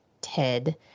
Ted